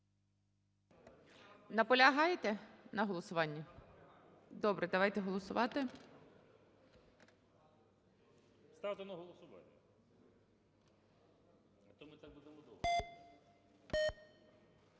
Добре, давайте голосувати.